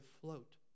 float